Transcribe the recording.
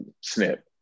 snip